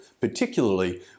Particularly